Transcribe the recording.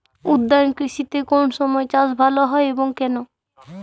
উদ্যান কৃষিতে কোন সময় চাষ ভালো হয় এবং কেনো?